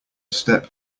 step